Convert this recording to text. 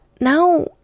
now